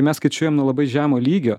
mes skaičiuojam nu labai žemo lygio